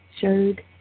showed